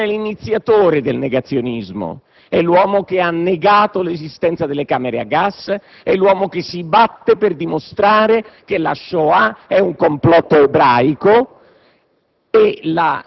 Robert Faurisson. Si tratta dell'iniziatore del negazionismo, dell'uomo che ha negato l'esistenza delle camere a gas e che si batte per dimostrare che la Shoah è un complotto ebraico.